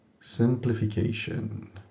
Simplification